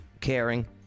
caring